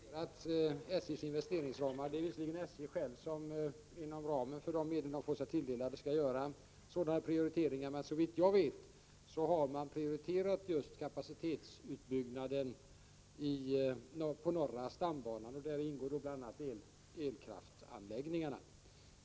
Herr talman! SJ:s investeringsramar har här redan kommenterats. Det är visserligen SJ självt som inom ramen för de medel man får sig tilldelade skall göra sådana prioriteringar. Men såvitt jag vet har man prioriterat kapacitetsutbyggnaden på norra stambanan. Däri ingår bl.a. elkraftsanläggningarna.